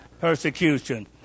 persecution